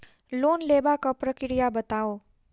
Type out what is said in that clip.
Loan लेबाक प्रक्रिया बताऊ?